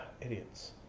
idiots